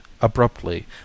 abruptly